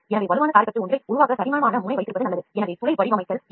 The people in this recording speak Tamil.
எனவே வலுவான scaffold ஒன்றை உருவாக்க தடிமனான முனை வைத்திருப்பது நல்லது